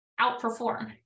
outperform